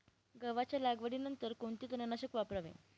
गव्हाच्या लागवडीनंतर कोणते तणनाशक वापरावे?